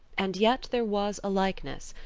and yet there was a likeness,